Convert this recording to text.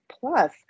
Plus